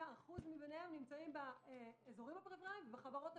75% נמצאים באזורים הפריפריאליים ובחברות הפריפריאליות.